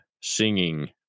singing